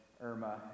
Irma